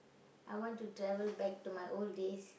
I want to travel back to my old days